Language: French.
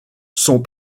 sont